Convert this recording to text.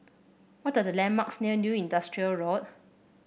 what are the landmarks near New Industrial Road